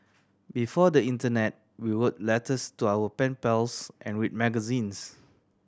before the internet we wrote letters to our pen pals and read magazines